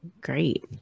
great